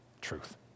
truth